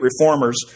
reformers